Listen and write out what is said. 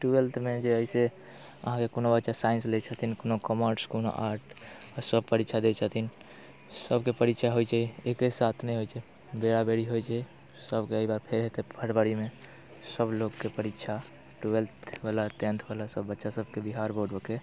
ट्वेल्थमे जे हइ से अहाँके कोनो बच्चा साइंस लैत छथिन कोनो कॉमर्स कोनो आर्ट आओर सभ परीक्षा दैत छथिन सभके परीक्षा होइत छै एक्के साथमे होइत छै बेराबेरी होइत छै सभके एहि बार फेर हेतै फरवरीमे सभ लोकके परीक्षा ट्वेल्थवला टेंथवला सभ बच्चा सभके बिहार बोर्डके